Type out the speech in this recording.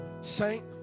Saint